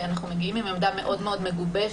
ואנחנו מגיעים עם עמדה מאוד מאוד מגובשת.